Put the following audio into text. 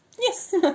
Yes